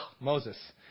Moses